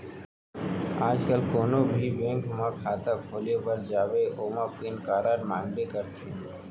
आज काल कोनों भी बेंक म खाता खोले बर जाबे ओमा पेन कारड मांगबे करथे